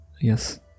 Yes